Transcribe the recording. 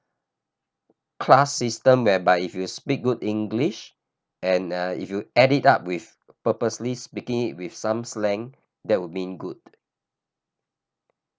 class system whereby if you speak good english and uh if you add it up with purposely speaking it with some slang that would mean good